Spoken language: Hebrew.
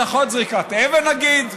זה יכול להיות זריקת אבן נגיד,